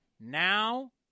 Now